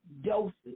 doses